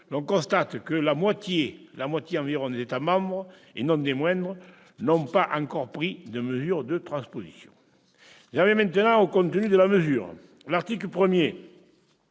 on constate que la moitié environ des États membres, et non des moindres, n'ont pas encore pris de mesure de transposition. J'en viens maintenant au contenu du projet de loi. L'article 1